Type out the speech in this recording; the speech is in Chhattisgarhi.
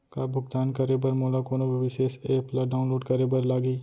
का भुगतान करे बर मोला कोनो विशेष एप ला डाऊनलोड करे बर लागही